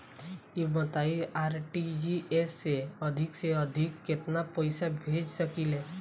ई बताईं आर.टी.जी.एस से अधिक से अधिक केतना पइसा भेज सकिले?